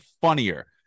funnier